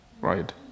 Right